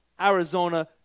Arizona